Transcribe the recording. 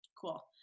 Cool